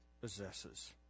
possesses